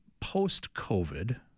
post-COVID